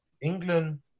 England